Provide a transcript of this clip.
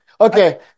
Okay